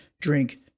drink